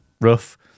rough